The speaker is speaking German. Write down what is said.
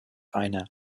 einer